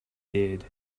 did